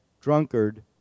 drunkard